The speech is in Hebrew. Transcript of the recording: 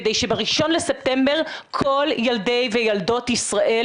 כדי שב-1 לספטמבר כל ילדי וילדות ישראל